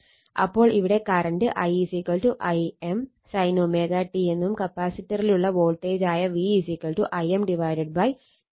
അപ്പോൾ ഇവിടെ current I Im sin ω t എന്നും കപ്പാസിറ്ററിലുള്ള വോൾട്ടേജ് ആയ V Im ω C sin ω t 90° എന്നുമാണ്